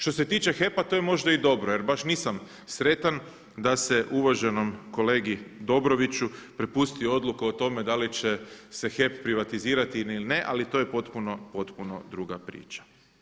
Što se tiče HEP-a to je možda i dobro, jer baš nisam sretan da se uvaženom kolegi Dobroviću prepusti odluka o tome da li će se HEP privatizirati ili ne, ali to je potpuno, potpuno druga priča.